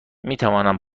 میتوانم